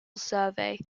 survey